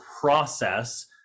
process